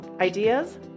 ideas